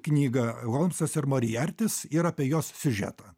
knygą holmsas ir moriartis ir apie jos siužetą